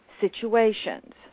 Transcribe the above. situations